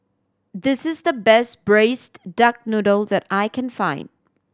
this is the best Braised Duck Noodle that I can find